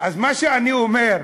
אז מה שאני אומר: